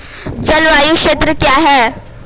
जलवायु क्षेत्र क्या है?